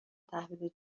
تحویل